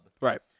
Right